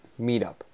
Meetup